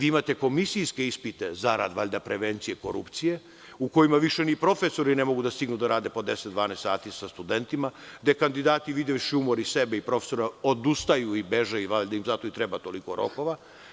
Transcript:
Imate komisijske ispite valjda zarad prevencije korupcije, u kojima više ni profesori ne mogu da stignu da rade po 10, 12 sati sa studentima, gde kandidati videvši umor i sebe i profesora odustaju i beže, pa im valjda zato treba toliko rokova.